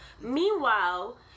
meanwhile